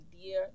idea